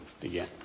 begin